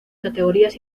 categorías